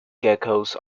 geckos